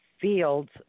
Fields